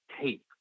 tape